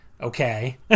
okay